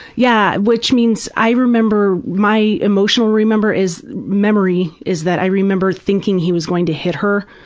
yeah which means i remember, my emotional remember, is memory is that i remember thinking he was going to hit her.